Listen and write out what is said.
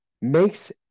makes